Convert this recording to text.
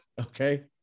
Okay